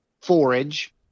forage